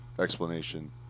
explanation